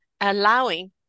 allowing